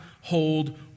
hold